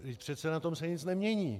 Vždyť přece na tom se nic nemění!